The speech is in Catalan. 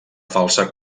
falsa